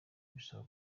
bisaba